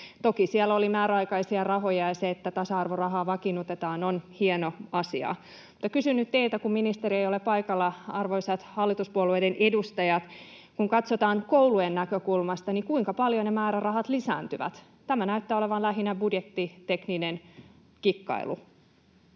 Toki siellä oli määräaikaisia rahoja, ja se, että tasa-arvorahaa vakiinnutetaan, on hieno asia. Mutta kysyn nyt teiltä, kun ministeri ei ole paikalla, arvoisat hallituspuolueiden edustajat: Kun katsotaan koulujen näkökulmasta, niin kuinka paljon ne määrärahat lisääntyvät? Tämä näyttää olevan lähinnä budjettitekninen kikkailu.